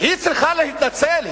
היא צריכה להתנצל?